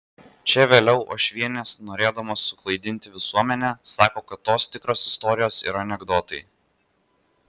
čia vėliau uošvienės norėdamos suklaidinti visuomenę sako kad tos tikros istorijos yra anekdotai